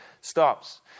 stops